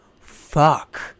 fuck